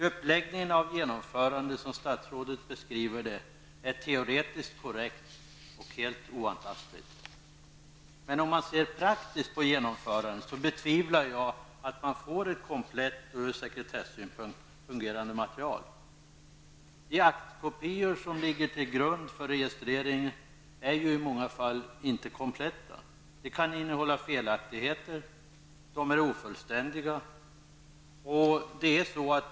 Uppläggningen av genomförandet, som statsrådet beskriver det, är teoretiskt korrekt och helt oantastligt men om man ser praktiskt på genomförandet, betvivlar jag att man får ett komplett och ur sekretessynpunkt fungerande material. De aktkopior som ligger till grund för registreringen är inte kompletta i många fall. De kan innehålla felaktigheter, och de är ofullständiga.